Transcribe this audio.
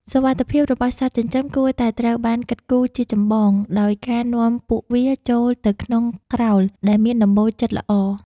សុវត្ថិភាពរបស់សត្វចិញ្ចឹមគួរតែត្រូវបានគិតគូរជាចម្បងដោយការនាំពួកវាចូលទៅក្នុងក្រោលដែលមានដំបូលជិតល្អ។